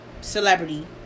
celebrity